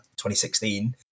2016